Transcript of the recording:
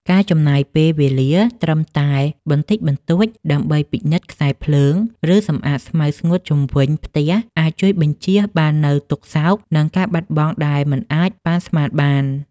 ការចំណាយពេលវេលាត្រឹមតែបន្តិចបន្តួចដើម្បីពិនិត្យខ្សែភ្លើង ឬសម្អាតស្មៅស្ងួតជុំវិញផ្ទះ អាចជួយបញ្ជៀសបាននូវទុក្ខសោក និងការបាត់បង់ដែលមិនអាចប៉ាន់ស្មានបាន។